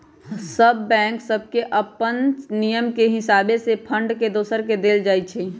सभ बैंक सभके अप्पन नियम के हिसावे से फंड एक दोसर के देल जाइ छइ